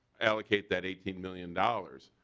allocate that eighteen million dollars.